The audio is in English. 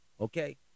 Okay